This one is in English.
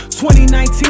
2019